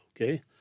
Okay